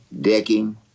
decking